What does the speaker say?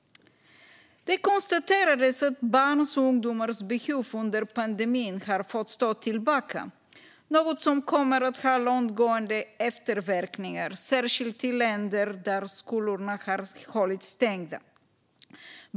Det konstaterades att barns och ungdomars behov under pandemin har fått stå tillbaka, något som kommer att ha långtgående efterverkningar, särskilt i länder där skolorna har hållits stängda.